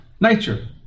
Nature